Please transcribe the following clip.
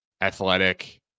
athletic